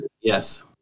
Yes